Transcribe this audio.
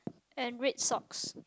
and red socks